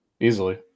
Easily